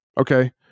Okay